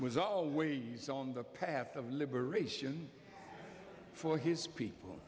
was always on the path of liberation for his people